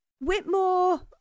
Whitmore